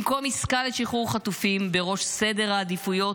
במקום עסקה לשחרור החטופים בראש סדר העדיפויות,